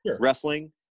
wrestling